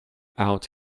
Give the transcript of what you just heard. out